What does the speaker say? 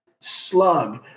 slug